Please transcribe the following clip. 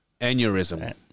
aneurysm